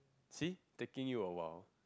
see taking you a while